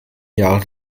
jahren